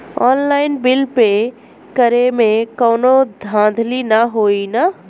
Online bill pay करे में कौनो धांधली ना होई ना?